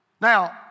Now